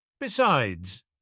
Besides